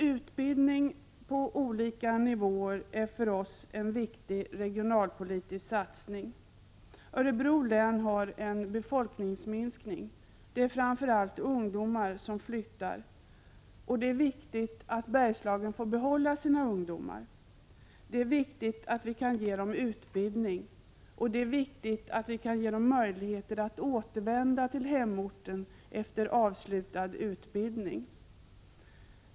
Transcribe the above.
Utbildning på olika nivåer är för oss en viktig regionalpolitisk satsning. Örebro län har en befolkningsminskning, det är framför allt ungdomar som flyttar. Det är viktigt att Bergslagen får behålla sina ungdomar. Det är viktigt att vi kan ge dem utbildning och att de har möjlighet att återvända till hemorten efter avslutad utbildning.